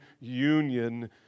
union